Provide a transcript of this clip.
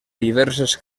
diverses